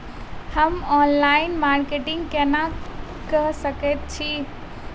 हम online marketing केना कऽ सकैत छी?